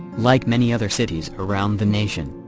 like many other cities around the nation,